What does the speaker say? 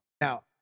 Now